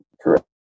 Correct